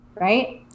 Right